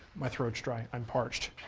my throats dry, i'm parched.